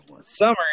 Summer